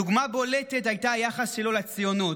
דוגמה בולטת הייתה היחס שלו לציונות: